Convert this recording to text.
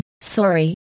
sorry